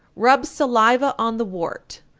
rub saliva on the wart,